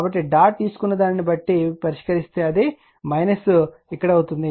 కాబట్టి డాట్ తీసుకున్నదానిని బట్టి పరిష్కరిస్తే అది ఇక్కడ అవుతుంది